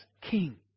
king